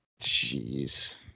Jeez